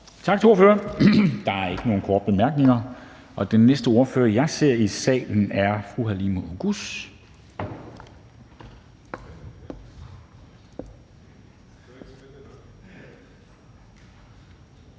Tak til ordføreren. Der er ikke nogen korte bemærkninger. Den næste ordfører, jeg ser i salen, er fru Halime Oguz,